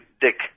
dick